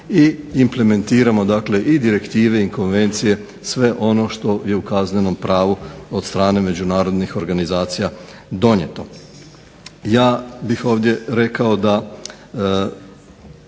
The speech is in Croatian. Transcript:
i implementiramo i direktive i konvencije sve ono što je u kaznenom pravu od strane međunarodnih organizacija donijeto. Ja bih ovdje rekao da